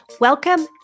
Welcome